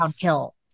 downhill